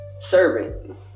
servant